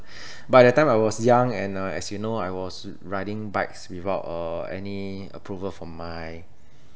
by that time I was young and uh as you know I was riding bikes without uh any approval from my